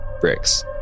bricks